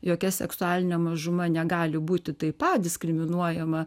jokia seksualinė mažuma negali būti taip pat diskriminuojama